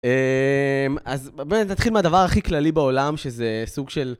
אה... אז בואי נתחיל מהדבר הכי כללי בעולם שזה סוג של...